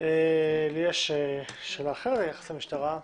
לי יש שאלה אחרת ביחד למשטרה.